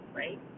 right